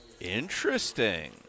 Interesting